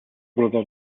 brother